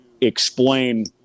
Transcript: explain